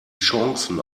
chancen